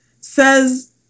says